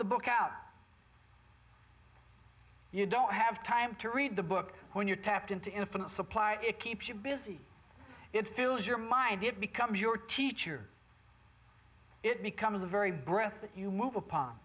the book out you don't have time to read the book when you're tapped into infinite supply it keeps you busy it fills your mind it becomes your teacher it becomes a very breath that you move upon